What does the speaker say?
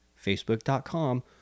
facebook.com